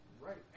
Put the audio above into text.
Right